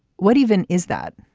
what even is that?